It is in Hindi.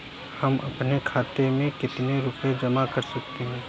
हम अपने खाते में कितनी रूपए जमा कर सकते हैं?